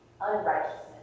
unrighteousness